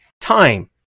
time